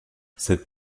cette